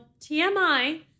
TMI